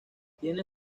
tiene